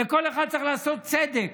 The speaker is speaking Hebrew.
לכל אחד צריך לעשות צדק,